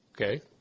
Okay